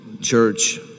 church